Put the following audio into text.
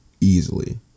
easily